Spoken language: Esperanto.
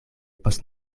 post